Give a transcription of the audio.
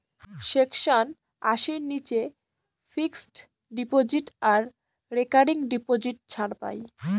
section আশির নীচে fixed deposit আর রেকারিং ডিপোজিট ছাড় পাই